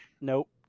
Nope